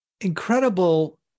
incredible